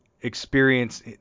experience